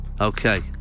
Okay